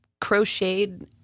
crocheted